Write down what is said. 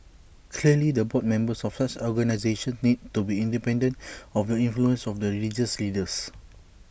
clearly the board members of such organisations need to be independent of the influence of the religious leaders